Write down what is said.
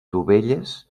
dovelles